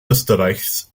österreichs